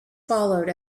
followed